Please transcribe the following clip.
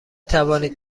توانید